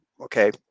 okay